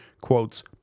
quotes